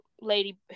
lady